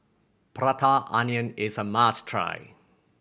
Prata Onion is a must try